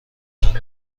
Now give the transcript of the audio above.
چند